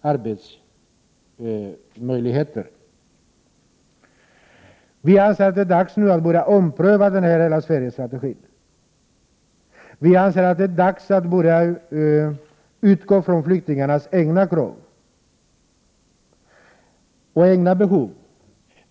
arbetsmöjligheter. Vi anser att det nu är dags att börja ompröva denna hela-Sverige-strategi. Vi anser att det är dags att börja utgå från flyktingarnas egna krav och behov.